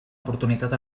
oportunitat